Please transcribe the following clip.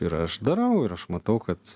ir aš darau ir aš matau kad